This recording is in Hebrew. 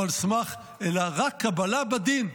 אלא רק קבלה בדין,